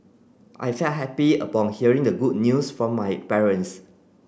I felt happy upon hearing the good news from my parents